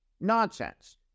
nonsense